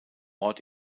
ort